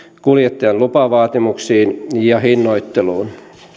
kuljettajan lupavaatimuksiin ja hinnoitteluun